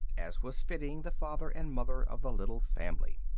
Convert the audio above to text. as was fitting the father and mother of the little family.